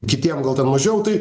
kitiem gal ten mažiau tai